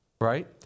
right